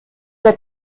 der